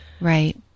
Right